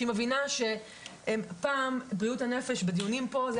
שהיא מבינה שהם פעם בריאות הנפש בדיונים פה זה